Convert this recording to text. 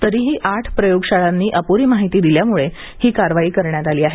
तरीही आठ प्रयोगशाळांनी अप्री माहिती दिल्यामुळे ही कारवाई करण्यात आली आहे